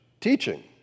teaching